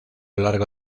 largo